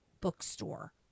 bookstore